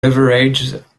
beverages